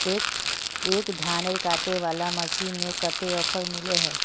एक धानेर कांटे वाला मशीन में कते ऑफर मिले है?